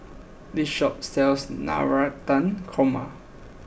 this shop sells Navratan Korma